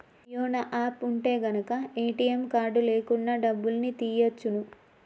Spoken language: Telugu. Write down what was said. యోనో యాప్ ఉంటె గనక ఏటీఎం కార్డు లేకున్నా డబ్బుల్ని తియ్యచ్చును